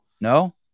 No